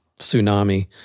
tsunami